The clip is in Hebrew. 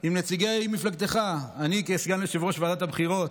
עם נציגי מפלגתך, אני כסגן יושב-ראש ועדת הבחירות